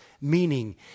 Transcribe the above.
meaning